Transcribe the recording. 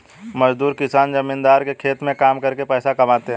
मजदूर किसान जमींदार के खेत में काम करके पैसा कमाते है